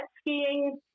skiing